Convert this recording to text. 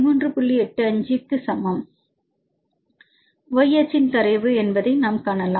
85 x க்கு சமமான அலனைன் y அச்சின் தரவு என்பதை நாம் காணலாம்